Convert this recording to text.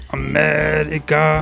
america